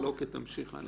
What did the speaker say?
אבל, אוקיי, תמשיך הלאה.